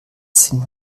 sind